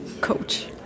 coach